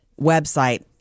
website